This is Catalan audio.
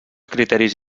criteris